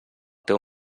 teu